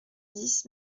dix